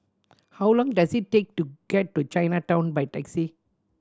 how long does it take to get to Chinatown by taxi